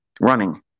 running